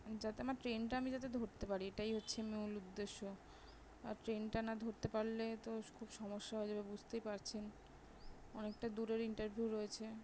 যাতে আমার ট্রেনটা আমি যাতে ধরতে পারি এটাই হচ্ছে মূল উদ্দেশ্য আর ট্রেনটা না ধরতে পারলে তো খুব সমস্যা হয়ে যাবে বুঝতেই পারছেন অনেকটা দূরের ইন্টারভিউ রয়েছে